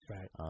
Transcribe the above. Right